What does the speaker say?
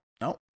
no